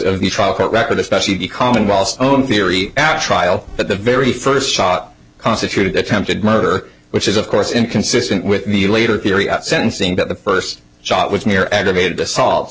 of the trial court record especially the commonwealth's own theory at trial that the very first shot constituted attempted murder which is of course inconsistent with the later theory at sentencing that the first shot was near aggravated assault